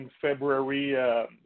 February